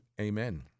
amen